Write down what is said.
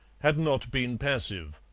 had not been passive.